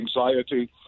anxiety